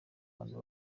abantu